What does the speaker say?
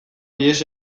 ihes